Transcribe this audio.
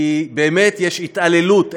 כי באמת יש התעללות,